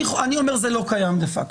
אני אומר זה לא קיים דה פקטו.